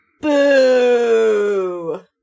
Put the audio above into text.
Boo